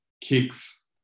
kicks